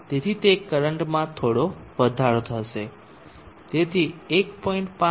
તેથી તે કરંટમાં થોડો વધારો થશે તેથી 1